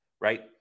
right